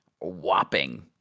whopping